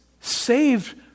saved